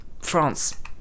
France